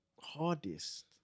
Hardest